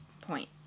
point